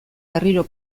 berriro